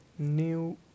new